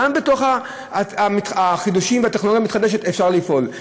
גם בתוך החידושים והטכנולוגיה המתחדשת אפשר לפעול,